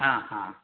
हा हा